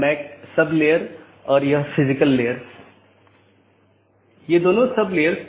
दूसरे अर्थ में यह ट्रैफिक AS पर एक लोड है